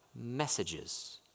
messages